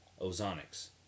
Ozonics